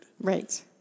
Right